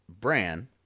Bran